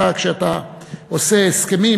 כשאתה עושה הסכמים,